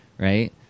Right